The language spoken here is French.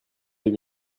deux